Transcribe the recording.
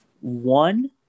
one